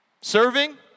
Serving